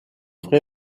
vrai